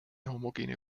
homogene